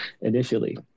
initially